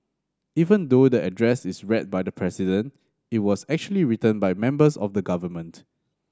even though the address is read by the president it was actually written by members of the government